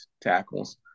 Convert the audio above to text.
tackles